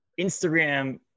Instagram